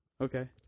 Okay